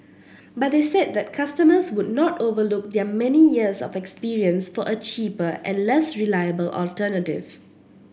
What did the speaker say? but they said that customers would not overlook their many years of experience for a cheaper and less reliable alternative